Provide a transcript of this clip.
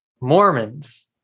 Mormons